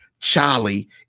Charlie